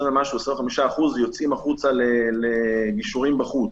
25% יוצאים לגישורים בחוץ.